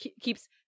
keeps